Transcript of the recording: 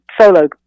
solo